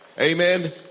Amen